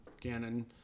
Gannon